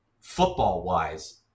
football-wise